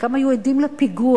חלקם היו עדים לפיגוע,